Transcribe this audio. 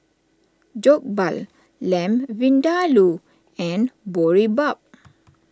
Jokbal Lamb Vindaloo and Boribap